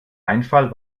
einfall